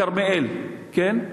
בכרמיאל, כן?